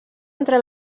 entre